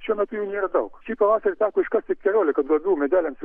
šiuo metu jų nėra daug šį pavasarį teko iškasti keliolika duobių medeliams